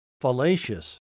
fallacious